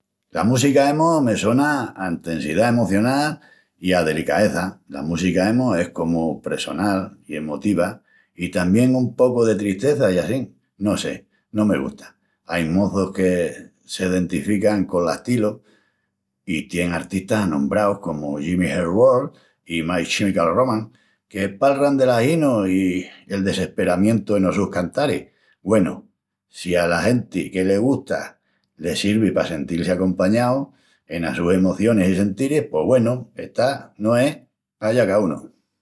La música emo me sona a entesidá emocional i a delicaeza. La música emo es comu pressonal i emotiva i tamién un pocu de tristeza i assín, no sé, no me gusta.. Ain moçus que se dentifican col astilu, i tien artistas anombraus comu Jimmy Eat World i My Chemical Romance, que palran del aginu i el desesperamientu enos sus cantaris. Güenu, si ala genti que le gusta le sirvi pa sentil-si compañau enas sus emocionis i sentiris, pos güenu, está, no es? Allá caúnu!